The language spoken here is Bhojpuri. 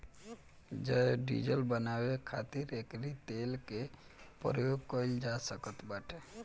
जैव डीजल बानवे खातिर एकरी तेल के प्रयोग कइल जा सकत बाटे